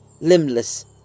limbless